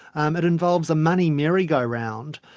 um it involves a money merry-go-round,